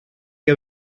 heb